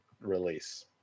release